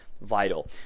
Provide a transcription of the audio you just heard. vital